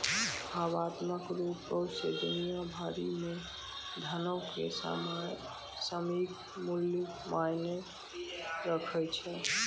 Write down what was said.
भावनात्मक रुपो से दुनिया भरि मे धनो के सामयिक मूल्य मायने राखै छै